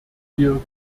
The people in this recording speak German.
wir